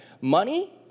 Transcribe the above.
Money